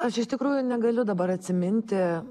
aš iš tikrųjų negaliu dabar atsiminti